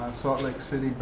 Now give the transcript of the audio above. salt lake city,